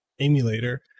emulator